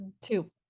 two